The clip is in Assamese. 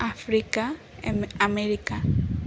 Africa America